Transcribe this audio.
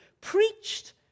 preached